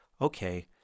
okay